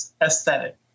aesthetic